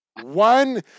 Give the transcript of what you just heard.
One